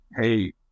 Hey